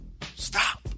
stop